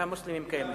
והמוסלמים קיימים.